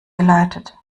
geleitet